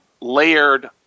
layered